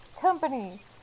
Company